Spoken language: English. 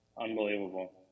Unbelievable